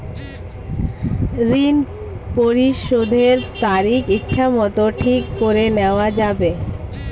ঋণ পরিশোধের তারিখ ইচ্ছামত ঠিক করে নেওয়া যাবে?